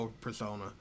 Persona